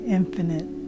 infinite